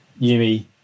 yumi